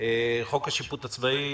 חוק השיפוט הצבאי.